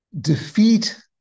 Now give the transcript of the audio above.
defeat